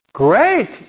Great